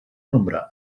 nombre